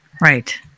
Right